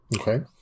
okay